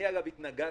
אני, אגב, התנגדתי.